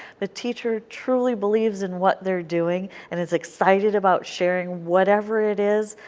the teacher truly believes in what they are doing and is excited about sharing whatever it is.